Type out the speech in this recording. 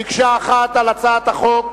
מקשה אחת, על הצעת החוק.